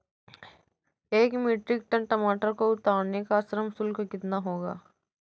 एक metric tonne टमाटर को उतारने का श्रम शुल्क कितना होगा?